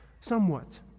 somewhat